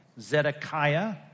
Zedekiah